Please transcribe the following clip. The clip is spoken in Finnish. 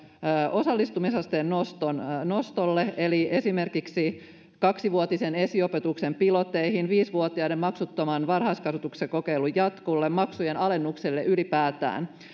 osallistumisasteen nostolle nostolle eli esimerkiksi kaksivuotisen esiopetuksen pilotteihin viisi vuotiaiden maksuttoman varhaiskasvatuksen kokeilun jatkolle maksujen alennukselle ylipäätään